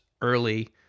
early